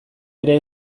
ere